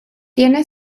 tiene